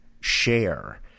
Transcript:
share